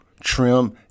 trim